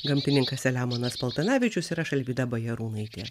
gamtininkas selemonas paltanavičius ir aš alvyda bajarūnaitė